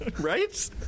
Right